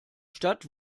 stadt